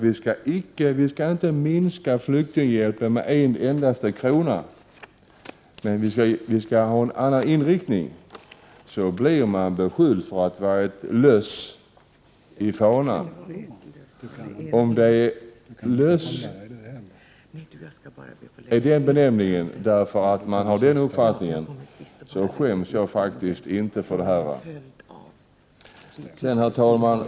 Vi skall inte minska flyktinghjälpen med en endaste krona, men vi skall ha en annan inriktning. För ett sådant uttalande blir man beskylld för att vara ett löss i fanan. Om löss är benämningen för att man har denna uppfattning, skäms jag inte för den. Herr talman!